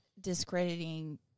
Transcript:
discrediting